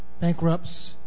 bankrupts